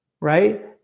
right